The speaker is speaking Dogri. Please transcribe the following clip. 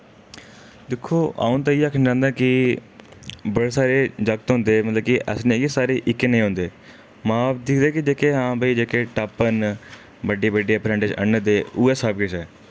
दिक्खो अ'ऊं ते इ'यै आखना चांह्दा कि बड़े सारे जागत होंदे मतलब कि ऐसे निं ऐ सारे इक्कै नेह् होंदे मां प्यो दिखदे न कि जेह्के हां भई जेह्के टाप्पर न बड्डे बड्डे फ्रैंड आह्ना दे उ'यै सब किश ऐ